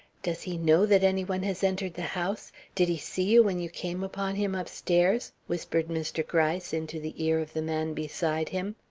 does he know that any one has entered the house? did he see you when you came upon him upstairs? whispered mr. gryce into the ear of the man beside him.